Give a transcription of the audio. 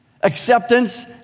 acceptance